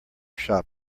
shop